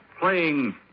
playing